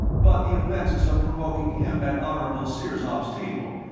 but the offenses of provoking him at honorable sirzob's table,